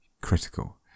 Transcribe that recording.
critical